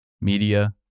Media